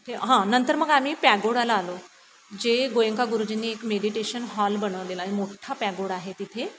हां नंतर मग आम्ही पॅगोडाला आलो जे गोयंका गुरुजींनी एक मेडिटेशन हॉल बनवलेलं आहे मोठ्ठा पॅगोडा आहे तिथे